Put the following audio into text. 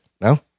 no